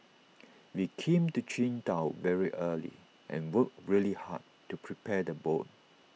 we came to Qingdao very early and worked really hard to prepare the boat